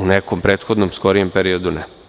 u nekom prethodnom skorijem periodu ne.